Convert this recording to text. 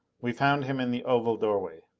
we found him in the oval doorway.